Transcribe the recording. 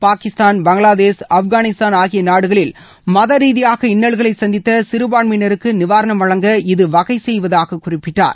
பாகிஸ்தான் பங்களாதேஷ் ஆப்காளிஸ்தான் ஆகிய நாடுகளில் மத ரீதியாக இன்னல்களை சந்தித்த சிறுபான்மையினருக்கு நிவாரணம் வழங்க இது வகை செய்வதாக குறிப்பிட்டார்